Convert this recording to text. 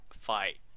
fight